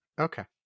okay